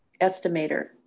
estimator